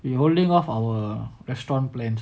withholding of our restaurant plans